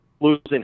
losing